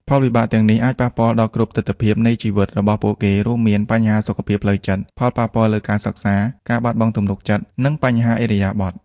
ផលវិបាកទាំងនេះអាចប៉ះពាល់ដល់គ្រប់ទិដ្ឋភាពនៃជីវិតរបស់ពួកគេ រួមមាន បញ្ហាសុខភាពផ្លូវចិត្ត ផលប៉ះពាល់លើការសិក្សា ការបាត់បង់ទំនុកចិត្ត និងបញ្ហាឥរិយាបថ។